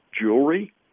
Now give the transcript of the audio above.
jewelry